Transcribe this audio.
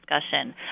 discussion